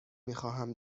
میخواهم